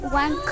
one